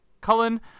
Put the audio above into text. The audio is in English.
Cullen